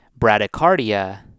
bradycardia